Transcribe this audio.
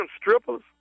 strippers